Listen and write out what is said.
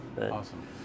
Awesome